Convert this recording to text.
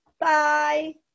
Bye